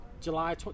July